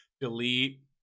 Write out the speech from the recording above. delete